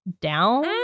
down